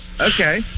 Okay